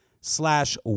slash